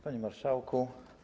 Panie Marszałku!